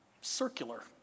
circular